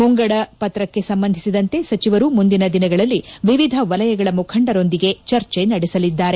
ಮುಂಗಡ ಪತ್ರಕ್ಕೆ ಸಂಬಂಧಿಸಿದಂತೆ ಸಚಿವರು ಮುಂದಿನ ದಿನಗಳಲ್ಲಿ ವಿವಿಧ ವಲಯಗಳ ಮುಖಂಡರೊಂದಿಗೆ ಚರ್ಚೆ ನಡೆಸಲಿದ್ದಾರೆ